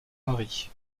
paris